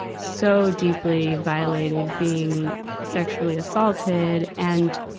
so deeply violated, being sexually assaulted and,